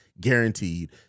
guaranteed